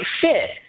fit